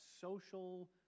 social